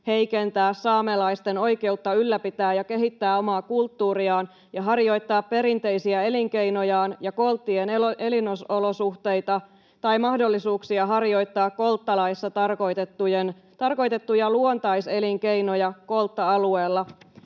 heikentää saamelaisten oikeutta ylläpitää ja kehittää omaa kulttuuriaan ja harjoittaa perinteisiä elinkeinojaan ja kolttien elinolosuhteita tai mahdollisuuksia harjoittaa kolttalaissa tarkoitettuja luontaiselinkeinoja koltta-alueella,